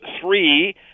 three